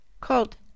called